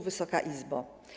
Wysoka Izbo!